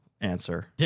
answer